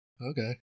Okay